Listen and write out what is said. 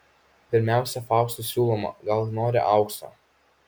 pirmiausia faustui siūloma gal nori aukso